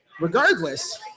regardless